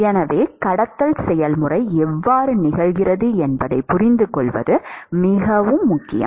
எனவே கடத்தல் செயல்முறை எவ்வாறு நிகழ்கிறது என்பதைப் புரிந்துகொள்வது மிகவும் முக்கியம்